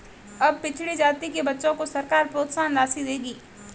अब पिछड़ी जाति के बच्चों को सरकार प्रोत्साहन राशि देगी